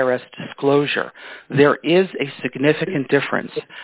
virus disclosure there is a significant difference